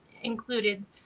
included